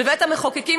בבית המחוקקים,